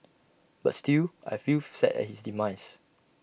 but still I feel sad at his demise